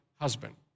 husband